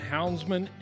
Houndsman